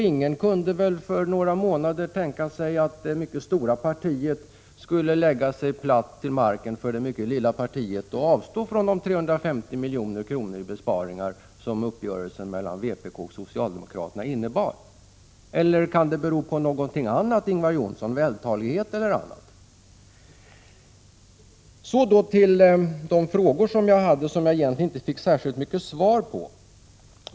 Ingen kunde väl för några månader sedan tänka sig att det mycket stora partiet skulle lägga sig platt till marken för det mycket lilla partiet och avstå från de 350 milj.kr. i besparingar som uppgörelsen mellan vpk och socialdemokraterna innebär. Eller kan det bero på någonting annat, kanske vältalighet, Ingvar Johnsson? Så till de frågor som jag ställde och som jag egentligen inte fick särskilt mycket till svar på.